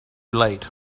late